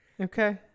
Okay